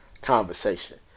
conversation